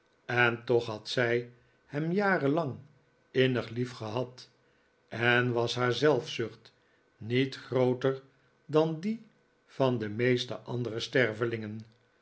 en toch had zij hem jaren lang innig liefgehad en was haar zelfzucht niet grooter dan die van de meeste andere